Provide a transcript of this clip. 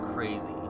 Crazy